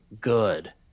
good